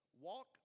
walk